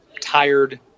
tired